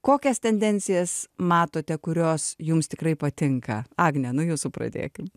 kokias tendencijas matote kurios jums tikrai patinka agne nuo jūsų pradėkim